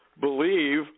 believe